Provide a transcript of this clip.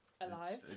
Alive